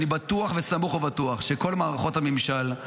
אני בטוח וסמוך ובטוח שכל מערכות הממשל,